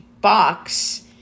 box